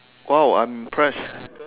!wow! I'm impressed